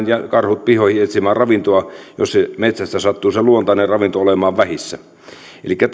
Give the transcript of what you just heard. ja karhut tulevat pihoihin etsimään ravintoa jos metsästä sattuu se luontainen ravinto olemaan vähissä elikkä